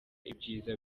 ibyiza